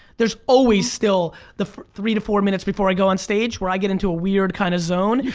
there's always still the three to four minutes before i go on stage where i get into a weird kind of zone.